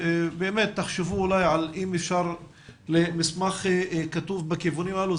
תחשבו אם אפשר מסמך כתוב בכיוונים הללו,